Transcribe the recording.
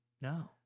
No